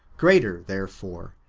greater, therefore,